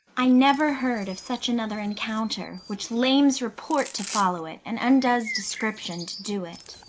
i never heard of such another encounter, which lames report to follow it, and undoes description to do it.